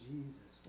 Jesus